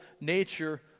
nature